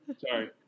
sorry